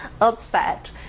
upset